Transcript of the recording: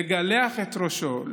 לגלח את ראשו,